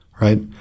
right